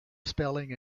spelling